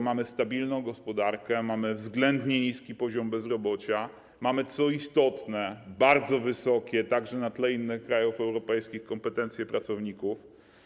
Mamy stabilną gospodarkę, względnie niski poziom bezrobocia, mamy, co istotne, bardzo wysokie także na tle innych krajów europejskich kompetencje pracowników.